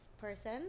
person